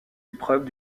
épreuves